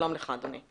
שלום לך, אדוני.